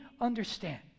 understand